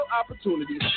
opportunities